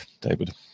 David